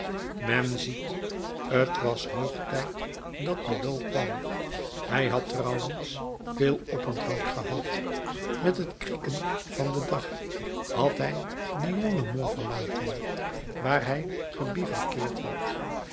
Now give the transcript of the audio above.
men ziet t was hoog tijd dat bulow kwam hij had trouwens veel oponthoud gehad met het krieken van den dag had hij dion le mont verlaten waar hij gebivouakkeerd had